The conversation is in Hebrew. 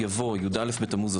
יבוא "י"א בתמוז,